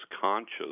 conscious